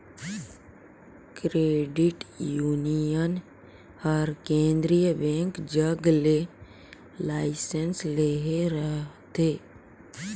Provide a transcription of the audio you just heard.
credit union हर केंद्रीय bank जग ले लाइसेंस लेहे रहथे